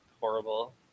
horrible